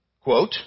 quote